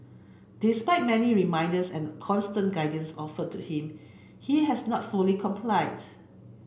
despite many reminders and constant guidance offered to him he has not fully complied